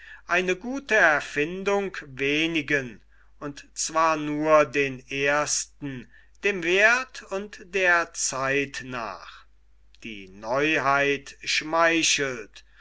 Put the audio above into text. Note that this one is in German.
eine gute erfindung wenigen und zwar nur den ersten dem werth und der zeit nach die neuheit schmeichelt